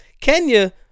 Kenya